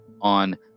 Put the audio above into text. on